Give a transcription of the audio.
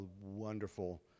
wonderful